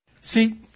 See